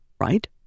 right